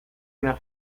una